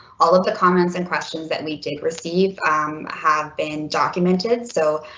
all of the comments and questions that we did receive have been documented so.